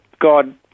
God